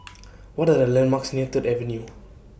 What Are The landmarks near Third Avenue